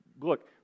look